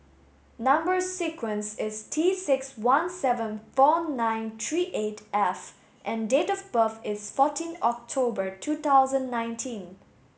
number sequence is T six one seven four nine three eight F and date of birth is fourteen October two thousand nineteen